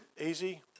easy